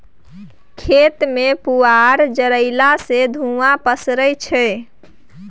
खेत मे पुआर जरएला सँ धुंआ पसरय छै